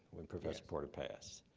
when professor porter passed.